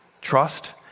trust